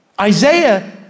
Isaiah